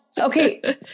Okay